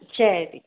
சரி